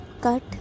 cut